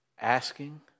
Asking